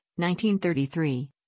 1933